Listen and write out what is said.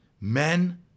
Men